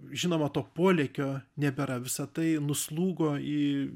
žinoma to polėkio nebėra visa tai nuslūgo į